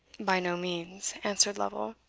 by no means, answered lovel.